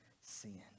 sin